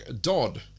Dodd